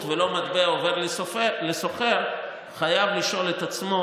ולא מטבע עובר לסוחר חייב לשאול את עצמו,